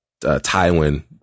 Tywin